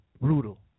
brutal